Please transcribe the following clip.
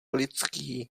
lidský